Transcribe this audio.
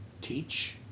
teach